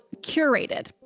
curated